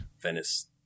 Venice